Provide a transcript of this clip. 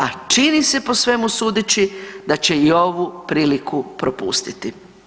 A čini se po svemu sudeći da će i ovu priliku propustiti.